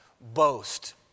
boast